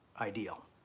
ideal